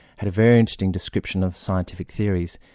had a very interesting description of scientific theories.